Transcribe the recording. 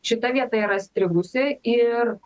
šita vieta yra strigusi ir